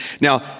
Now